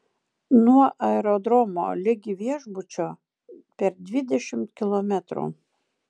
nuo aerodromo ligi viešbučio per dvidešimt kilometrų